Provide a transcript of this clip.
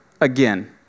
again